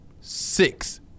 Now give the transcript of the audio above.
six